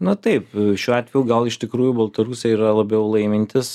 na taip šiuo atveju gal iš tikrųjų baltarusija yra labiau laimintis